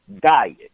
diet